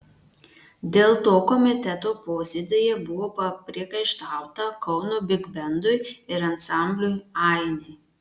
dėl to komiteto posėdyje buvo papriekaištauta kauno bigbendui ir ansambliui ainiai